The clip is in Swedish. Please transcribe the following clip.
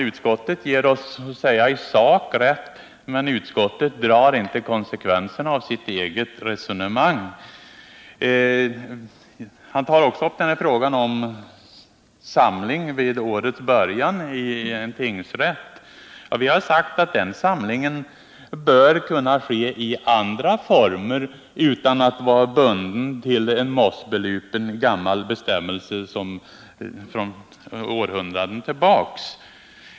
Utskottet ger oss ju i sak rätt, men utskottet drar inte konsekvenserna av sitt eget resonemang. Vidare tar Åke Polstam upp frågan om samling i tingsrätt vid årets början. 43 Vi har sagt att den samlingen bör kunna ske i andra former och inte vara bunden till en mossbelupen gammal bestämmelse från århundraden tillbaka.